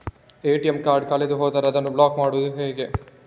ATM card ಕಳೆದು ಹೋದರೆ ಅದನ್ನು ಬ್ಲಾಕ್ ಮಾಡುವುದು ಹೇಗೆ?